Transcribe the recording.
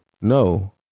no